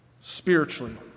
spiritually